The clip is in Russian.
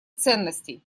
ценностей